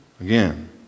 Again